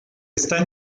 están